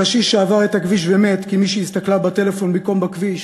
הקשיש שעבר את הכביש ומת כי מישהי הסתכלה בטלפון במקום בכביש,